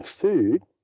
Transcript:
food